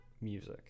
music